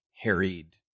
harried